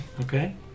Okay